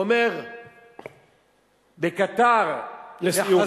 הוא אומר בקטאר, לסיום.